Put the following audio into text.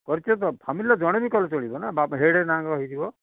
କରିଛ ତ ଫ୍ୟାମିଲିର ଜଣେ ବି କଲେ ଚଳିବ ନା ହେଡ଼୍ର ନାଁ ରହିଯିବ